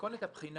מתכונת הבחינה